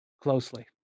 Closely